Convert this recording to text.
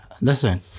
listen